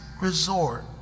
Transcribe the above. resort